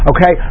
Okay